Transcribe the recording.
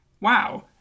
wow